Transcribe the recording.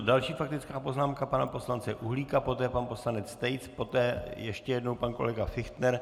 Další faktická poznámka pana poslance Uhlíka, poté pan poslanec Tejc, poté ještě jednou pan kolega Fichtner.